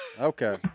Okay